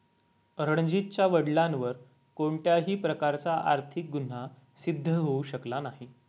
रणजीतच्या वडिलांवर कोणत्याही प्रकारचा आर्थिक गुन्हा सिद्ध होऊ शकला नाही